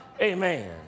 Amen